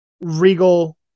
Regal